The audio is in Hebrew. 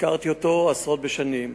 הכרתי אותו עשרות בשנים.